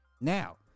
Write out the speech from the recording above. now